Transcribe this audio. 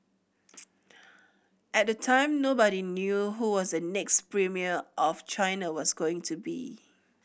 at the time nobody knew who was the next premier of China was going to be